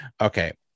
okay